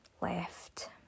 left